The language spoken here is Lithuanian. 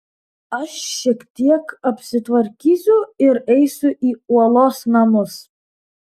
aš šiek tiek apsitvarkysiu ir eisiu į uolos namus